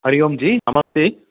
हरिः ओं जि नमस्ते